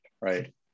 right